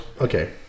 okay